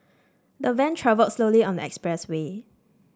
the van travelled slowly on the expressway